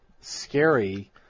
scary